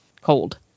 cold